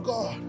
God